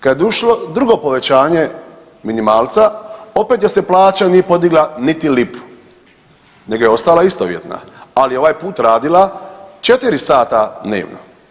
Kad je došlo drugo povećanje minimalca opet joj se plaća nije podigla niti lipu, nego je ostala istovjetna, ali je ovaj puta radila 4 sata dnevno.